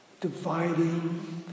dividing